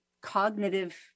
cognitive